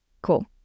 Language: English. Cool